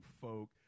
folk